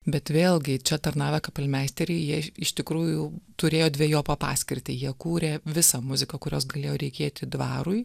bet vėlgi čia tarnavę kapelmeisteriai jie iš tikrųjų turėjo dvejopą paskirtį jie kūrė visą muziką kurios galėjo reikėti dvarui